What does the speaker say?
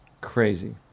Crazy